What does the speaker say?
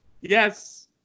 Yes